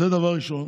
זה דבר ראשון.